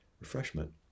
refreshment